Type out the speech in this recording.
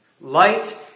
Light